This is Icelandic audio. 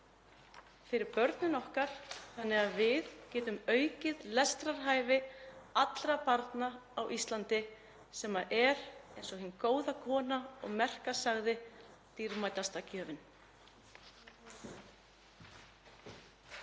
fyrir börnin okkar þannig að við getum aukið lestrarhæfni allra barna á Íslandi sem er, eins og hin góða kona og merka sagði, dýrmætasta gjöfin.